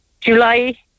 July